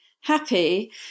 happy